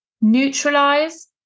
Neutralize